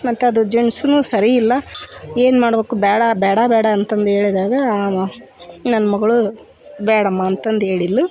ಮತ್ತು ಅದು ಜೆಣ್ಸನು ಸರಿಯಿಲ್ಲ ಏನ್ಮಾಡ್ಬೇಕು ಬೇಡ ಬೇಡ ಬೇಡ ಅಂತಂದು ಹೇಳಿದಾಗ ಆಗ ನನ್ನ ಮಗಳು ಬೇಡಮ್ಮ ಅಂತಂದು ಹೇಳಿದ್ಲು